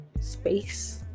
space